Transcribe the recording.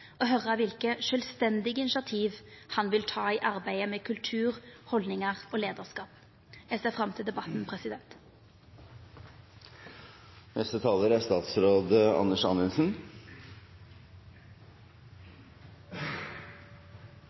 å høyra kva sjølvstendige initiativ han vil ta i arbeidet med kultur, haldningar og leiarskap. Eg ser fram til debatten.